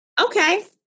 Okay